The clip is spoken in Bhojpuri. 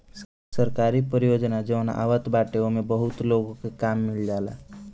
सरकारी परियोजना जवन आवत बाटे ओमे बहुते लोग के काम मिल जाला